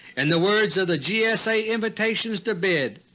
and the words of the gsa invitations to bid,